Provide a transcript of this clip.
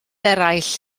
eraill